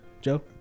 Joe